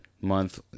month